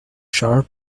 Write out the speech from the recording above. sharp